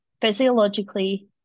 physiologically